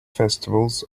festivals